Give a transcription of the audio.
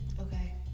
Okay